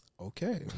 Okay